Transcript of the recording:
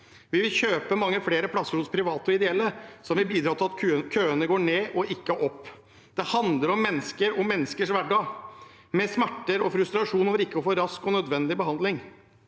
og ved å kjøpe mange flere plasser hos private og ideelle, som vil bidra til at køene går ned og ikke opp. Det handler om mennesker og menneskers hverdag – mennesker med smerter og frustrasjon over ikke å få rask og nødvendig behandling.